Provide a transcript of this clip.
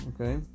okay